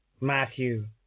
Matthew